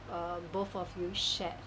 um both of you shared